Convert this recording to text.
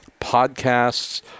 Podcasts